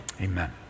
amen